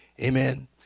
amen